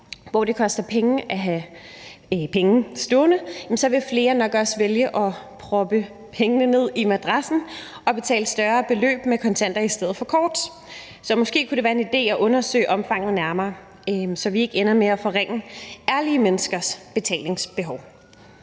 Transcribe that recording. hvor det koster penge at have penge stående, så vil flere nok også vælge at proppe pengene ned i madrassen og betale større beløb med kontanter i stedet for kort. Så måske kunne det være en idé at undersøge omfanget nærmere, så vi ikke ender med at forringe ærlige menneskers behov